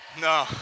No